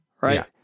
right